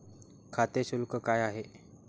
खाते शुल्क काय आहे?